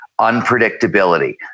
unpredictability